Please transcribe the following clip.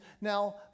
now